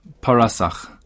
parasach